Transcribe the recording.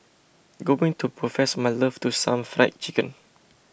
going to profess my love to some Fried Chicken